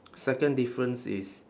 second difference is